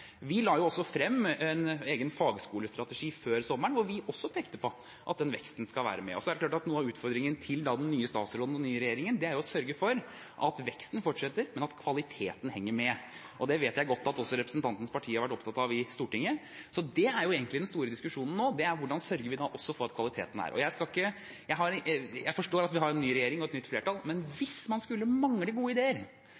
Vi la også frem en egen fagskolestrategi før sommeren, hvor vi også pekte på at den veksten skal være med. Noe av utfordringen til den nye statsråden og den nye regjeringen er å sørge for at veksten fortsetter, og at kvaliteten henger med. Det vet jeg godt at også representanten Knutsdatter Strands parti har vært opptatt av i Stortinget. Så den store diskusjonen nå er hvordan vi sørger for kvaliteten også. Jeg forstår at vi har en ny regjering og et nytt flertall, men